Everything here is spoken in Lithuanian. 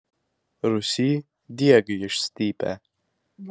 rūsy diegai išstypę